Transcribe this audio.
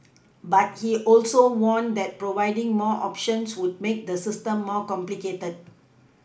but he also warned that providing more options would make the system more complicated